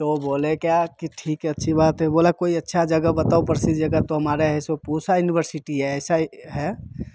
तो वो बोले क्या कि ठीक है अच्छी बात है बोला कोई अच्छा जगह बताओ प्रसिद्ध जगह तो हमारे है सो पूसा युनिवर्सीटी है ऐसा ही है